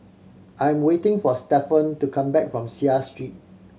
I am waiting for Stephon to come back from Seah Street